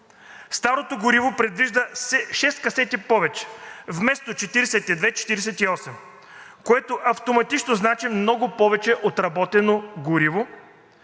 Старото гориво предвижда шест касети повече, вместо 42 – 48, което автоматично значи много повече отработено гориво,